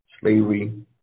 slavery